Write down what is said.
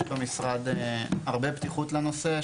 יש במשרד הרבה פתיחות לנושא,